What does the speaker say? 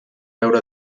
veure